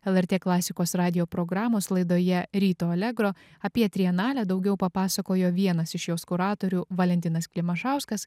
lrt klasikos radijo programos laidoje ryto allegro apie trienalę daugiau papasakojo vienas iš jos kuratorių valentinas klimašauskas